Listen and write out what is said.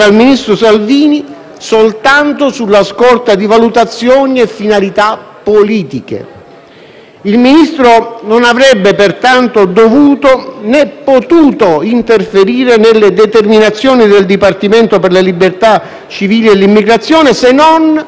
Il Ministro non avrebbe pertanto dovuto né potuto interferire nelle determinazioni del Dipartimento per le libertà civili e l'immigrazione, se non per gravi motivi di ordine e sicurezza pubblica, rientranti - questi sì - nelle sue funzioni.